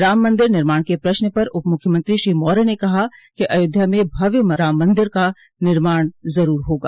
राम मन्दिर निर्माण के प्रश्न पर उपमुख्यमंत्री श्री मौर्य ने कहा कि अयोध्या में भव्य राम मन्दिर का निर्माण ज़रूर होगा